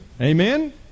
amen